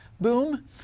boom